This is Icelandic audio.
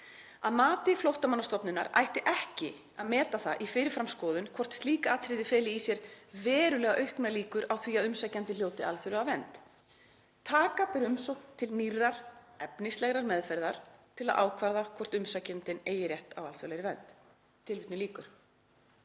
Að mati Flóttamannastofnunar ætti ekki að meta það í fyrirframskoðun hvort slík atriði feli í sér „verulega auknar líkur“ á því að umsækjandinn hljóti alþjóðlega vernd. Taka ber umsókn til nýrrar efnislegrar meðferðar til að ákvarða hvort umsækjandinn eigi rétt á alþjóðlegri vernd.“ Þessu